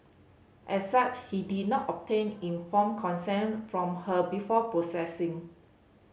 as such he did not obtain informed consent from her before processing